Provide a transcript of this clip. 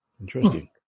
Interesting